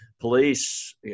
Police